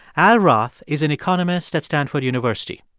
al roth is an economist at stanford university.